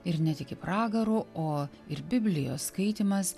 ir netiki pragaru o ir biblijos skaitymas